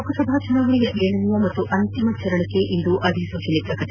ಲೋಕಸಭಾ ಚುನಾವಣೆಯ ಏಳನೇ ಹಾಗೂ ಅಂತಿಮ ಹಂತಕ್ಕೆ ಇಂದು ಅಧಿಸೂಚನೆ ಪ್ರಕಟ